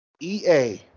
EA